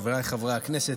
חבריי חברי הכנסת,